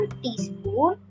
teaspoon